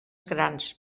grans